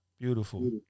Beautiful